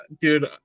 dude